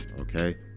okay